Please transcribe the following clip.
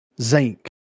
zinc